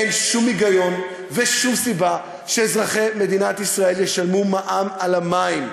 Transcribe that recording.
אין שום היגיון ושום סיבה שאזרחי מדינת ישראל ישלמו מע"מ על המים.